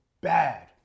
bad